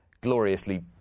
gloriously